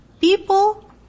people